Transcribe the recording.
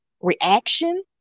reaction